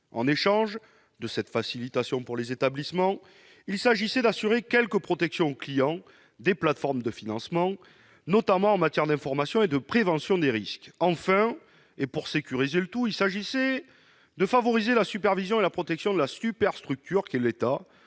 En échange de cette facilitation pour les établissements, l'ordonnance permettait d'assurer quelques protections aux clients des plateformes de financement, notamment en matière d'information et de prévention des risques. Enfin, pour sécuriser le tout, le texte favorisait la supervision et la protection de la superstructure qu'est l'État,